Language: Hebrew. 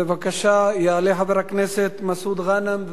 בבקשה, יעלה חבר הכנסת מסעוד גנאים.